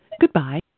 goodbye